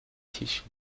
tisch